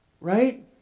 Right